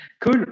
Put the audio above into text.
cool